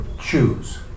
choose